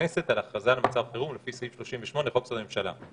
הכנסת על הכרזה על מצב חירום לפי סעיף 38 בחוק-יסוד: הממשלה.